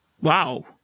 wow